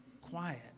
quiet